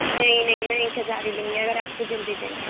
نہیں نہیں میں ایک ہزار ہی لوں گی اگر آپ کو جلدی چاہیے